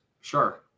Sure